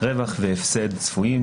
רווח והפסד צפויים,